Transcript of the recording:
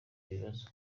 ibibazo